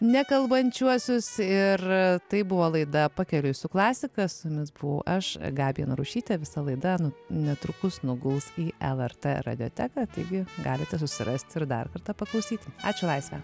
nekalbančiuosius ir tai buvo laida pakeliui su klasika su jumis buvau aš gabija narušytė visą laidą netrukus nuguls į lrt radioteką taigi galite susirast ir dar kartą paklausyt ačiū laisve